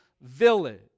village